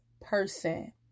person